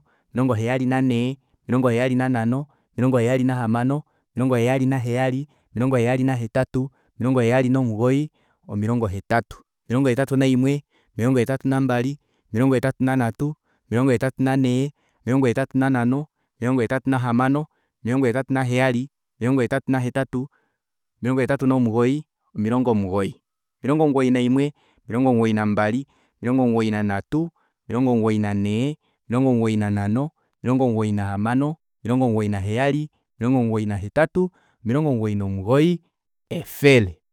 Omilongo heyali nanhee omilongo heyali nanhano omilongo heyali nahamano omilongo heyali naheyali omilongo heyali nahetatu omilongo heyali nomugoyi omilongo hetatu omilongo hetatu naimwe omilongo hetatu nambali omilongo hetatu nanhatu omilongo hetatu nanhee omilongo hetatu nanhano omilongo hetatu nahamano omilongo hetatu naheyali omilongo hetatu nahetatu omilongo hetatu nomugoyi omilongo omugoyi omilongo omugoyi naimwe omilongo omugoyi nambali omilongo omugoyi nanhatu omilongo mugoyi nanhee omilongo omugoyi nanhano omilongo omugoyi nahamano omilongo omugoyi naheyali omilongo omugoyi nahetatu omilongo omugoyi nomugoyi efele